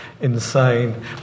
insane